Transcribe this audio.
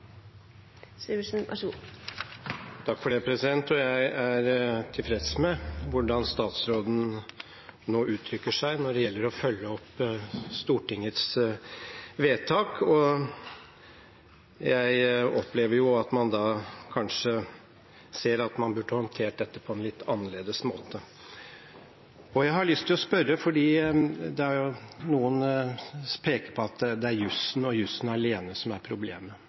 tilfreds med hvordan statsråden nå uttrykker seg når det gjelder å følge opp Stortingets vedtak. Jeg opplever at man kanskje ser at man burde håndtert dette på en litt annerledes måte. Noen peker på at det er jussen og jussen alene som er problemet. Hvis man ser på hvordan regjeringen har argumentert, har det den ene gangen vært Bern-konvensjonen som har vært problemet,